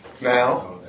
Now